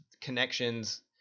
connections